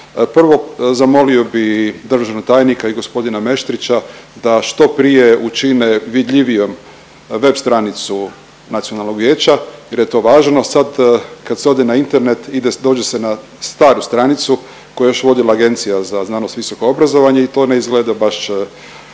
Prvo, zamolio bi državnog tajnika i g. Meštrića da što prije učine vidljivijom web stranicu nacionalnog vijeća jer je to važno. Sad kad se ode na Internet dođe se na staru stanicu koju je još vodila Agencija za znanost i visoko obrazovanje i to ne izgleda baš